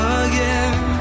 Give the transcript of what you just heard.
again